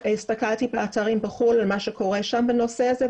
הסתכלתי באתרים בחוץ לארץ לראות מה קורה שם בנושא הזה.